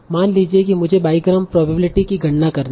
मान लीजिए कि मुझे बाईग्राम प्रोबेबिलिटी की गणना करनी है